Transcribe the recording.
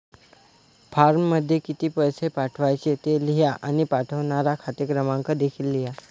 फॉर्ममध्ये किती पैसे पाठवायचे ते लिहा आणि पाठवणारा खाते क्रमांक देखील लिहा